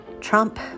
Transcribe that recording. Trump